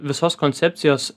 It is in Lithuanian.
visos koncepcijos